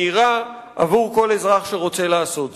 מהירה, עבור כל אזרח שרוצה לעשות זאת.